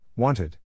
Wanted